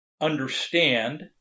understand